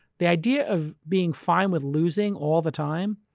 the idea of being fine with losing all the time,